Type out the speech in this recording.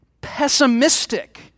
pessimistic